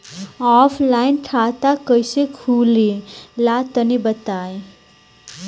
Offline खाता कइसे खुले ला तनि बताई?